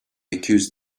accuse